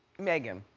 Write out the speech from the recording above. meghan.